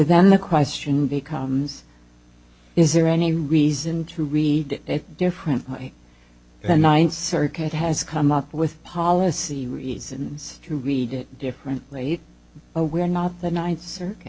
then the question becomes is there any reason to read it differently the ninth circuit has come up with policy reasons to read it differently now we're not the ninth circuit